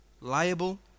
liable